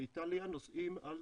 באיטליה נוסעים על